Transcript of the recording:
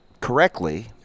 correctly